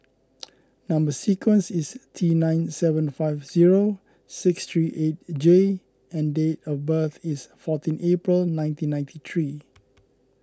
Number Sequence is T nine seven five zero six three eight J and date of birth is fourteen April nineteen ninety three